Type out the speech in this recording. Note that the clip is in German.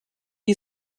wie